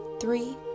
three